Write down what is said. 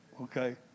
okay